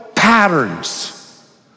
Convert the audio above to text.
Patterns